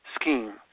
scheme